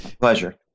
Pleasure